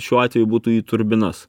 šiuo atveju būtų į turbinas